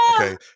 Okay